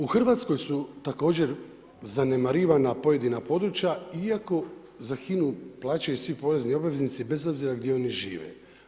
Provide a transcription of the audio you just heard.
U Hrvatskoj su također zanemarivana pojedina područja iako za HINA-u plaćaju svi porezni obveznici bez obzira gdje oni žive.